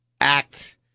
act